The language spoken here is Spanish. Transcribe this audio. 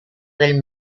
del